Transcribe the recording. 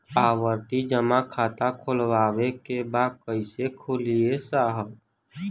आवर्ती जमा खाता खोलवावे के बा कईसे खुली ए साहब?